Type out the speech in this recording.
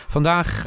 Vandaag